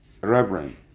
Reverend